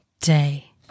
day